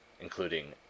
including